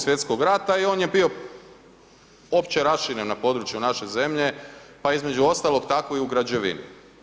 Svjetskog rata i on je bio opće raširen na području naše zemlje, pa između ostalog tako i u građevini.